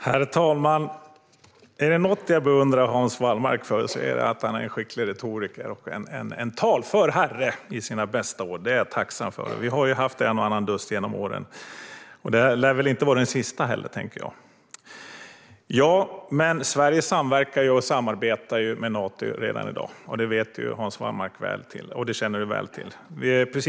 Herr talman! Är det något jag beundrar Hans Wallmark för är det att han är en skicklig retoriker och en talför herre i sina bästa år. Det är jag tacksam för. Vi har ju haft en och annan dust genom åren, och det här lär inte vara den sista. Ja, men Sverige samverkar och samarbetar ju med Nato redan i dag. Det känner Hans Wallmark väl till.